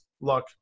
Luck